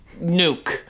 nuke